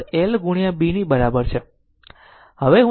તેથી હવે હું તેને સમજાવું